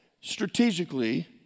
strategically